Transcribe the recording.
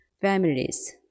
families